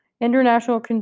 international